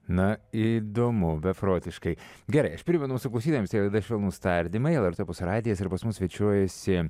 na įdomu beprotiškai gerai aš primenu mūsų klausytojams tai laida švelnūs tardymai lrt opus radijas ir pas mus svečiuojasi